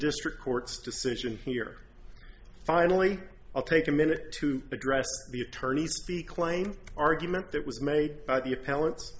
district court's decision here finally i'll take a minute to address the attorney's speak claim argument that was made by the